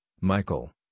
Michael